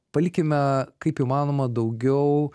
palikime kaip įmanoma daugiau